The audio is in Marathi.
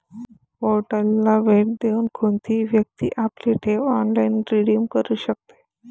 पोर्टलला भेट देऊन कोणतीही व्यक्ती आपली ठेव ऑनलाइन रिडीम करू शकते